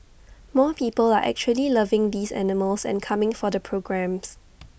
more people are actually loving these animals and coming for the programmes